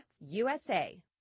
USA